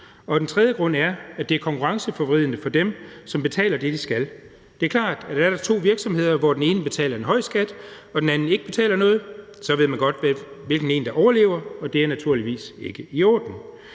for det tredje, at det er konkurrenceforvridende for dem, som betaler det, de skal. Er der to virksomheder, hvoraf den ene betaler en høj skat og den anden ikke betaler noget, så ved man godt, hvilken en der overlever, og det er naturligvis ikke i orden.